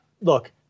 look